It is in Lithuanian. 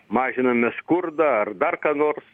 mažiname skurdą ar dar ką nors